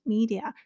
Media